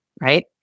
right